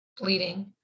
bleeding